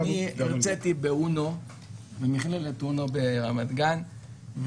הרציתי במכללת אונו ברמת גן,